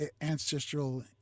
ancestral